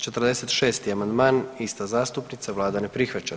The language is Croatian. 46. amandman ista zastupnica, vlada ne prihvaća.